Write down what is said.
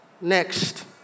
next